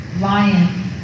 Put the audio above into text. Lion